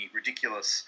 ridiculous